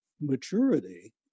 maturity